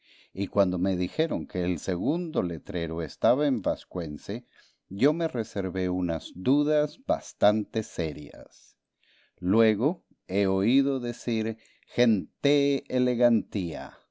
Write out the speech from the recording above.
y cuando me dijeron que el segundo letrero estaba en vascuence yo me reservé unas dudas bastante serias luego he oído decir genté elegantía